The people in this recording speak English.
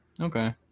okay